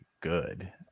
good